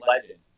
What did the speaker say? Legend